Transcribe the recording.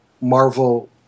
Marvel